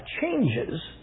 changes